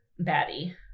baddie